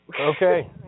Okay